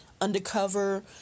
undercover